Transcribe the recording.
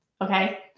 okay